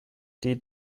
die